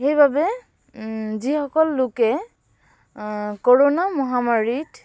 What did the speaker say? সেইবাবে যিসকল লোকে কৰোণা মহামাৰীত